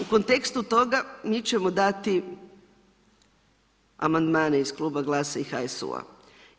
U kontekstu toga, mi ćemo dati amandmane iz Kluba GLAS-a i HSU-a.